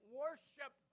worship